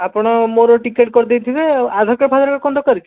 ଆପଣ ମୋର ଟିକେଟ୍ କରି ଦେଇଥିବେ ଆଉ ଆଧାର କାର୍ଡ଼ ଫାଧାର କାର୍ଡ଼ କଣ ଦରକାର କି